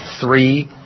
three